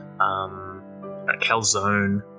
calzone